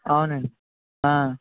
అవునండి